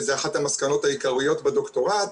וזה אחת המסקנות העיקריות בדוקטורט,